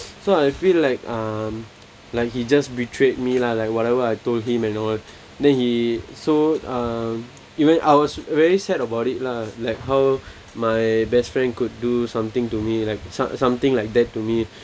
so I feel like um like he just betrayed me lah like whatever I told him and all then he so um you know I was very sad about it lah like how my best friend could do something to me like some something like that to me